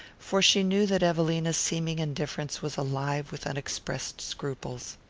for she knew that evelina's seeming indifference was alive with unexpressed scruples.